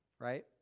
Right